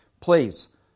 Please